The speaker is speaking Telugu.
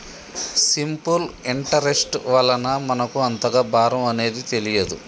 సింపుల్ ఇంటరెస్ట్ వలన మనకు అంతగా భారం అనేది తెలియదు